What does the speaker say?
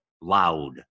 loud